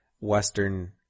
western